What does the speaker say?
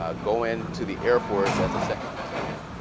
ah go into the air force as a second lieutenant,